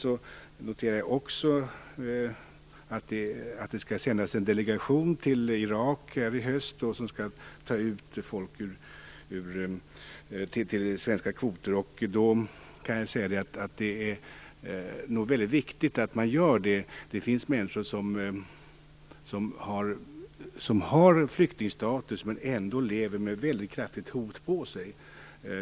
Jag noterar att det skall sändas en delegation till Irak i höst som skall ta ut folk till de svenska kvoterna. Jag tycker att det är väldigt viktigt att detta görs. Det finns människor som har flyktingstatus men som ändå lever under ett väldigt kraftigt hot.